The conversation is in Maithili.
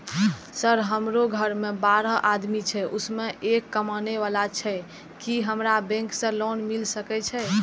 सर हमरो घर में बारह आदमी छे उसमें एक कमाने वाला छे की हमरा बैंक से लोन मिल सके छे?